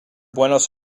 buenos